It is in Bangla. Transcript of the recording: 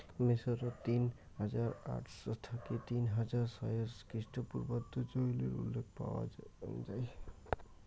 মিশরত তিন হাজার আটশ থাকি তিন হাজার ছয়শ খ্রিস্টপূর্বাব্দত চইলের উল্লেখ পাওয়াং যাই